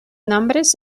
nombres